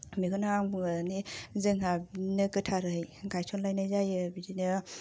बेखौनो आं बुङो माने जोंहानो गोथारै गायसनलायनाय जायो बिदिनो